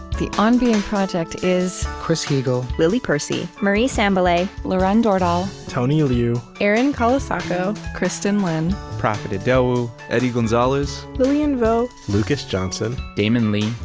the on being project is chris heagle, lily percy, marie sambilay, lauren dordal, tony liu, erin colasacco, kristin lin, profit idowu, eddie gonzalez, lilian vo, lucas johnson, damon lee,